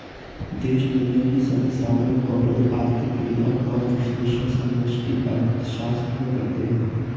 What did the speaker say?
देश दुनिया की सभी सामूहिक और बड़ी आर्थिक क्रियाओं का विश्लेषण समष्टि अर्थशास्त्र में करते हैं